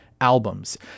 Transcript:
albums